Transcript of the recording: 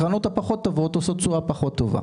הקרנות הפחות טובות עושות תשואה פחות טובה.